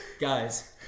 Guys